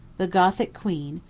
the gothic queen,